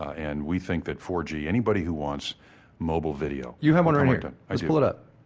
and we think that four g, anybody who wants mobile video, you have one um ah pull it up,